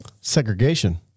segregation